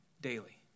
daily